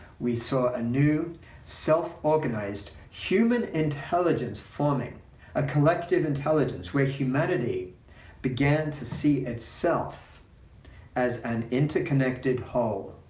we saw a new self-organized human intelligence forming a collective intelligence where humanity began to see itself as an interconnected whole.